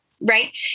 Right